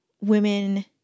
women